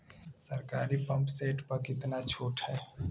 सरकारी pump set प कितना छूट हैं?